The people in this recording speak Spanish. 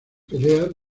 peleas